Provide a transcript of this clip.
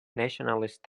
nationalist